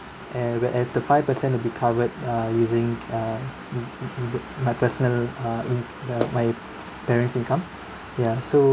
and whereas the five per cent will be covered uh using uh mm mm mm my personal uh in uh my parents income ya so